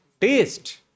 taste